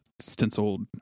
stenciled